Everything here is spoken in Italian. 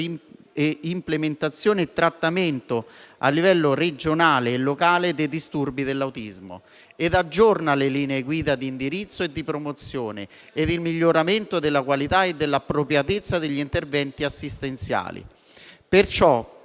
implementazione e trattamento, a livello regionale e locale, dei disturbi dell'autismo e ha aggiornato le linee guida di indirizzo per la promozione e il miglioramento della qualità e dell'appropriatezza degli interventi assistenziali. Perciò